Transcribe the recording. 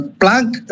plank